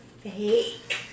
fake